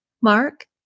Mark